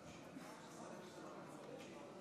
זכרה לברכה,